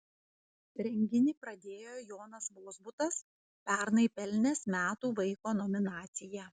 renginį pradėjo jonas vozbutas pernai pelnęs metų vaiko nominaciją